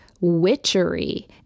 Witchery